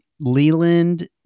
Leland